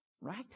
Right